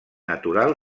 natural